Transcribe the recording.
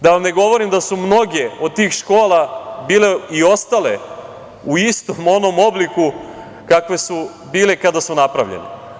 Da vam ne govorim da su mnoge od tih škola bile i ostale u istom onom obliku kakve su bile kada su napravljene.